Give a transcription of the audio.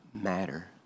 matter